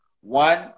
One